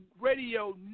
Radio